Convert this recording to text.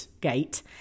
Gate